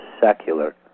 secular